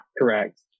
correct